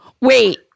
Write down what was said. Wait